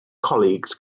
colleagues